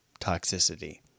toxicity